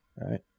right